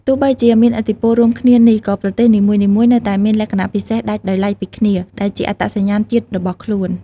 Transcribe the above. ទោះបីជាមានឥទ្ធិពលរួមគ្នានេះ ក៏ប្រទេសនីមួយៗនៅតែមានលក្ខណៈពិសេសដាច់ដោយឡែកពីគ្នា ដែលជាអត្តសញ្ញាណជាតិរបស់ខ្លួន។